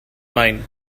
mind